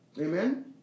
Amen